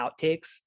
outtakes